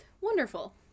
wonderful